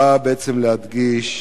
בא בעצם להדגיש